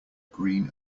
green